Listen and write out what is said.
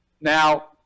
Now